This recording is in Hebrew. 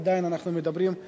עדיין אנחנו מדברים על